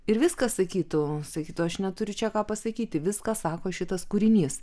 ir viskas sakytų sakytų aš neturiu čia ką pasakyti viską sako šitas kūrinys